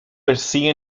persigue